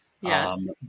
Yes